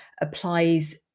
applies